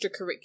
extracurricular